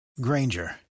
Granger